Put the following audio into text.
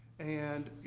and, you